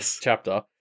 chapter